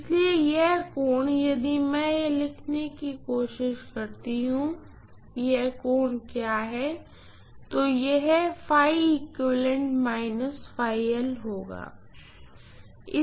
इसलिए यह कोण यदि मैं यह लिखने की कोशिश करता हूं कि यह कोण क्या है तो यह कोण होगा